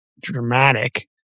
dramatic